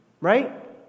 Right